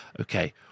Okay